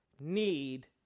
need